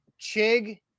Chig